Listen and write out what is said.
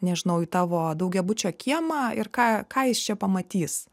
nežinau į tavo daugiabučio kiemą ir ką ką jis čia pamatys